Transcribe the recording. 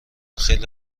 خیلی